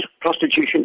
prostitution